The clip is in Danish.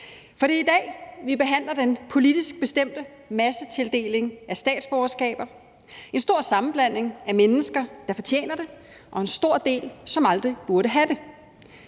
For det er i dag, vi behandler den politisk bestemte massetildeling af statsborgerskaber. Det er en stor sammenblanding af mennesker, der fortjener det, og en stor del, som aldrig burde have det.